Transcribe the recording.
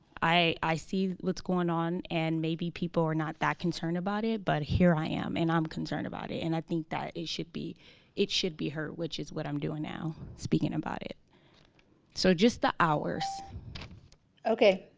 i i see what's going on and maybe people are not that concerned about it, but here i am and i'm um concerned about it and i think that it should be it should be her which is what i'm doing now speaking about it so just the hours okay,